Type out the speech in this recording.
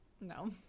No